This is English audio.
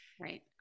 Right